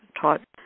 taught